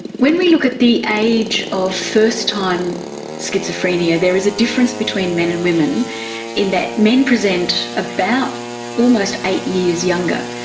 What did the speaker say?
when we look at the age of first-time schizophrenia, there is a difference between men and women in that men present about almost eight years younger,